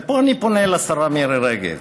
ופה אני פונה לשרה מירי רגב,